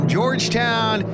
Georgetown